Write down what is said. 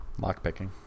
lockpicking